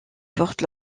porte